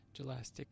gelastic